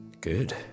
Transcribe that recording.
Good